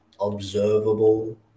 observable